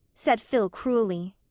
said phil cruelly,